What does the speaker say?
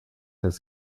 his